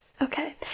Okay